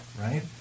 right